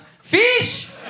fish